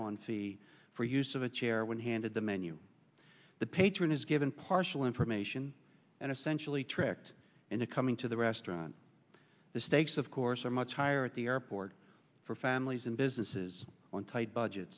on c for use of a chair when handed the menu the patron is given partial information and essentially tricked into coming to the restaurant the stakes of course are much higher at the airport for families and businesses on tight budget